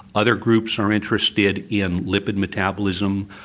other groups are interested in lipid metabolism,